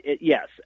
yes